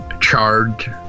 charged